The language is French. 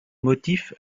motif